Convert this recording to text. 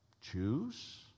choose